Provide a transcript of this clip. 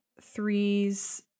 three's